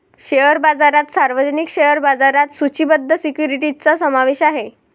share बाजारात सार्वजनिक share बाजारात सूचीबद्ध सिक्युरिटीजचा समावेश आहे